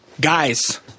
Guys